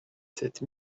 sept